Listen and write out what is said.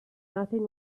nothing